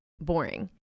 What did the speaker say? boring